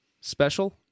special